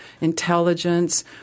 intelligence